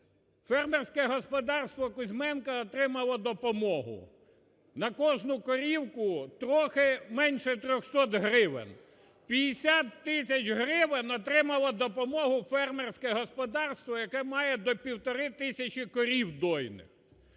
Фермерське господарство Кузьменко отримало допомогу на кожну корівку трохи менше 300 гривень, 50 тисяч гривень отримало допомогу фермерське господарство, яке має до півтори тисячі корів дойних.